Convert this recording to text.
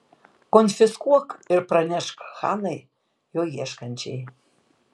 konfiskuok ir pranešk hanai jo ieškančiai